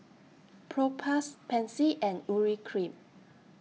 Propass Pansy and Urea Cream